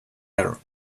air